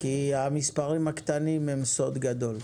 כי המספרים הקטנים הם סוד גדול.